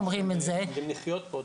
רוצים לחיות פה.